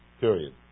Period